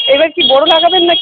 এবার কী বোরো লাগাবেন না কি